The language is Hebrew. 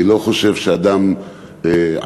אני לא חושב שאדם עשיר,